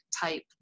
type